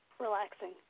relaxing